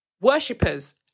worshippers